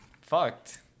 fucked